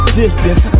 distance